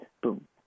boom